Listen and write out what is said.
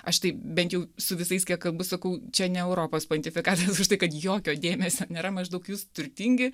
aš tai bent jau su visais kiek kalbu sakau čia ne europos pontifikatas už tai kad jokio dėmesio nėra maždaug jūs turtingi